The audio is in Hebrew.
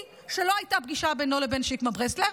שלא הייתה פגישה בינו לבין שקמה ברסלר.